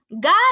God